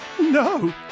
No